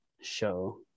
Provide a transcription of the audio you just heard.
show